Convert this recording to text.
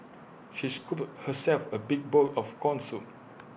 she scooped herself A big bowl of Corn Soup